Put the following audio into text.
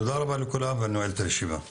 תודה רבה לכולם, הישיבה נעולה.